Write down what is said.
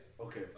Okay